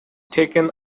taken